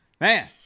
Man